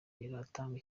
biratanga